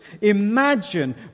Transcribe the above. Imagine